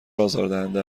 آزاردهنده